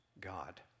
God